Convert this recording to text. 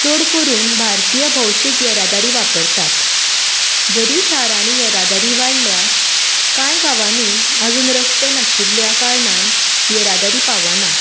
चड करून भारतीय भौशीक येरादारी वापरतात जरी शारांनी येरादारी वाडल्या कांय गांवांनी अजुन रस्ते नाशिल्ल्या कारणान येरादारी पावना